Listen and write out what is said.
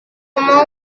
mau